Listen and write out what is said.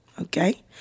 Okay